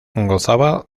gozaba